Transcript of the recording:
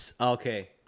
Okay